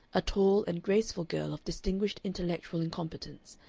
a tall and graceful girl of distinguished intellectual incompetence,